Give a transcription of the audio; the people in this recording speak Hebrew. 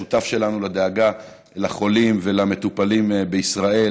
השותף שלנו לדאגה לחולים ולמטופלים בישראל,